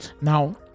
Now